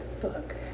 Book